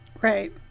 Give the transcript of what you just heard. Right